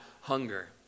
hunger